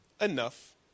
enough